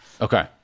Okay